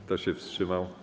Kto się wstrzymał?